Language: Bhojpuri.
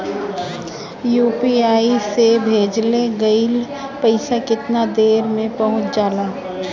यू.पी.आई से भेजल गईल पईसा कितना देर में पहुंच जाला?